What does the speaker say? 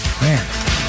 Man